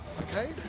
Okay